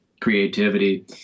creativity